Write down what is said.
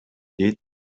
дейт